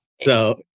So-